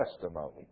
testimony